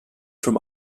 from